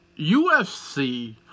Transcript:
UFC